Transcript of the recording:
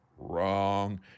Wrong